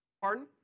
Pardon